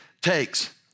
takes